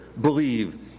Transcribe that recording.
believe